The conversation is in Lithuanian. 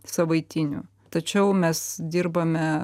savaitinių tačiau mes dirbame